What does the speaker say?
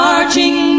Marching